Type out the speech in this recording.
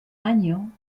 año